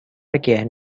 again